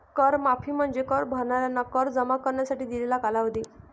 कर माफी म्हणजे कर भरणाऱ्यांना कर जमा करण्यासाठी दिलेला कालावधी